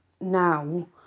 now